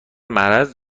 مرض